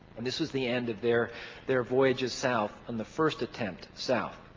and this was the end of their their voyages south, on the first attempt south.